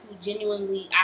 genuinely